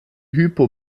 hypo